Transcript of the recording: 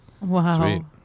Wow